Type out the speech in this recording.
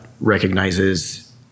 recognizes